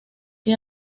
que